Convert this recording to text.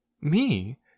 Me